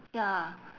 ya